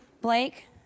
Blake